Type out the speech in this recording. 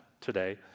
today